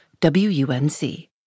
WUNC